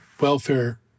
welfare